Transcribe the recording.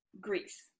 greece